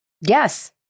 yes